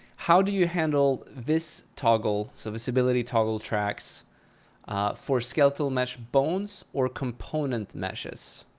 how do you handle vis toggle so visibility toggle tracks for skeletal mesh bones or component meshes?